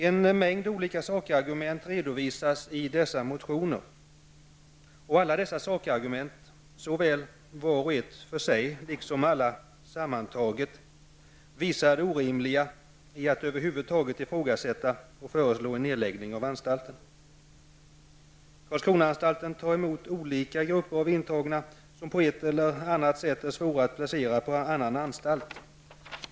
En mängd olika sakargument redovisas i dessa motioner, och dessa sakargument, såväl var och ett för sig som alla sammantagna, visar det orimliga i att över huvud föreslå en nedläggning av anstalten. Karlskronaanstalten tar emot olika grupper av intagna som på ett eller annat sätt är svåra att placera på annan anstalt.